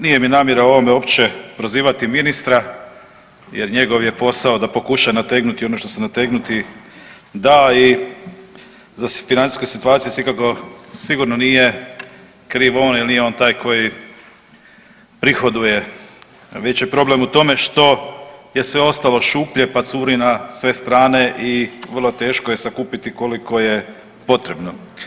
Nije mi namjera o ovome uopće prozivati ministra jer njegov je posao da pokuša nategnuti ono što se nategnuti da i da za financijsku situaciju sigurno nije kriv on ili nije on taj koji prihoduje, već je problem u tome što je sve ostalo šuplje, pa curi na sve strane i vrlo teško je sakupiti koliko je potrebno.